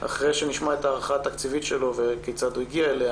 אחרי שנשמע את ההערכה התקציבית שלו וכיצד הוא הגיע אליה,